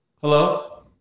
Hello